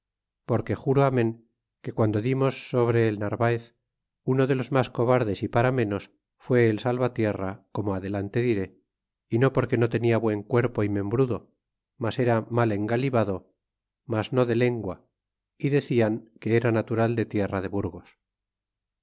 porque juro amen que guando dimos sobre el narvaoz uno de los mas cobardes é para menos fué el salvatierra como adelante diré é no porque no tenia buen cuerpo é membrudo mas era mal engalibado mas no de lengua y decian que era natural de tierra de burgos